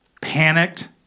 panicked